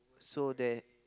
so that